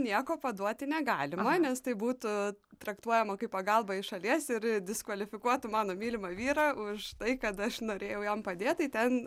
nieko paduoti negalima nes tai būtų traktuojama kaip pagalba iš šalies ir diskvalifikuotų mano mylimą vyrą už tai kad aš norėjau jam padėt tai ten